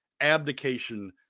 abdication